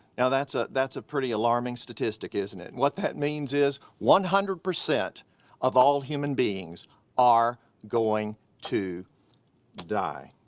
now that's ah that's a pretty alarming statistic isn't it? what that means is one hundred percent of all human beings are going to die.